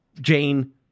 Jane